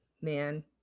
man